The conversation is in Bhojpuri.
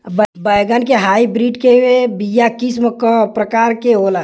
बैगन के हाइब्रिड के बीया किस्म क प्रकार के होला?